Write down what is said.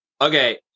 Okay